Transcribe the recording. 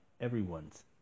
everyone's